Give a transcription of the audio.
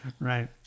Right